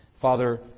Father